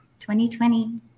2020